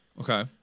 Okay